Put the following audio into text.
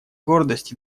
гордость